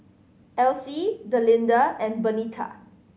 Alcie Delinda and Bernita